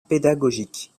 pédagogique